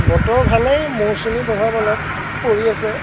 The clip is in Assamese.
বতৰ ভালেই মৌচুমীৰ প্ৰভাৱ অলপ পৰি আছে